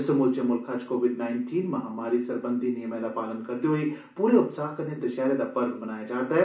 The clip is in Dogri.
समूलचे मुल्ख च कोविड महामारी सरबंधी नियमें दा पालन करदे होई पूरे उत्साह कन्नै दशैहरे दा पर्व मनाया जा'रदा ऐ